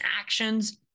action's